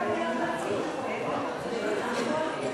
את